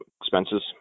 expenses